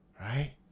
Right